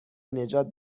نجات